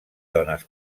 dones